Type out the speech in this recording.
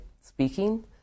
speaking